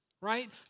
right